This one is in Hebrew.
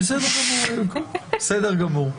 בסדר גמור.